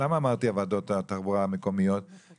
למה אמרתי שוועדות התחבורה המקומיות יעסוק בזה?